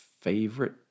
favorite